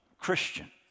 Christian